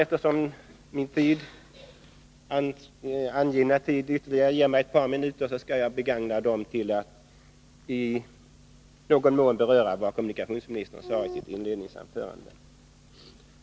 Det återstår ytterligare ett par minuter av den tid jag angivit för mitt anförande, och jag skall begagna dem till att i någon mån beröra vad kommunikationsministern sade i sitt inledningsanförande.